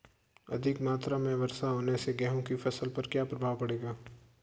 अधिक मात्रा की वर्षा होने से गेहूँ की फसल पर क्या प्रभाव पड़ेगा?